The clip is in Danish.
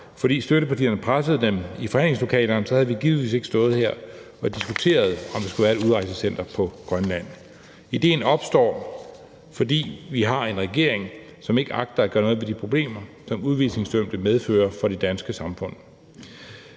fordi støttepartierne pressede den i forhandlingslokalerne, så havde vi givetvis ikke stået her og diskuteret, om der skulle være et udrejsecenter på Grønland. Idéen opstår, fordi vi har en regering, som ikke agter at gøre noget ved de problemer, som udvisningsdømte medfører for det danske samfund.